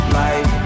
life